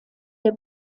der